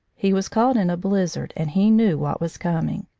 he was caught in a blizzard, and he knew what was com ing.